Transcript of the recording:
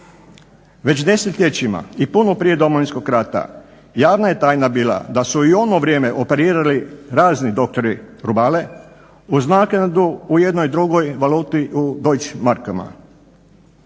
Već desetljećima i puno prije Domovinskog rata javna je tajna bila da su i u ono vrijeme operirali razni doktori Rubale uz naknadu u jednoj drugoj valuti u deutsch markama.